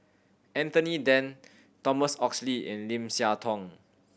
Anthony Then Thomas Oxley and Lim Siah Tong